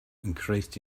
increased